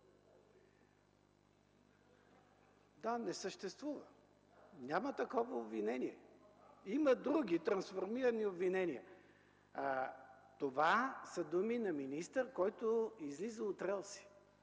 Да, не съществува! Няма такова обвинение! Има други трансформирани обвинения. Това са думи на министър, който излиза от релси.